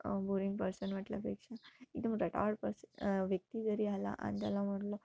boring person म्हटल्यापेक्षा एकदम रटाळ पर्स व्यक्ती जरी आला आणि त्याला म्हटलं